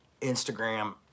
Instagram